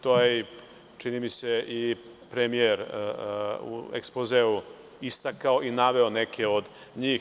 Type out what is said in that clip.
To je i, čini mi se, premijer u ekspozeu istakao i naveo neke od njih.